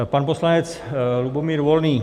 Pan poslanec Lubomír Volný.